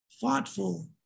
thoughtful